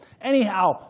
Anyhow